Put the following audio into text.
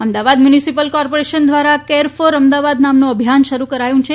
Ahmedabad municipal corporation ધ્વારા can for Ahmedabad નામનું અભિયાન શરૂ કરાયું છે